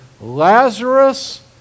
Lazarus